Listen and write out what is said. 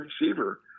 receiver